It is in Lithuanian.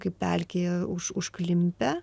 kaip pelkėje už užklimpę